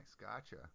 Gotcha